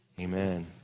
amen